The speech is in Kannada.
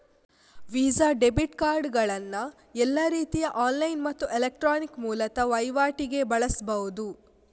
ವೀಸಾ ಡೆಬಿಟ್ ಕಾರ್ಡುಗಳನ್ನ ಎಲ್ಲಾ ರೀತಿಯ ಆನ್ಲೈನ್ ಮತ್ತು ಎಲೆಕ್ಟ್ರಾನಿಕ್ ಮೂಲದ ವೈವಾಟಿಗೆ ಬಳಸ್ಬಹುದು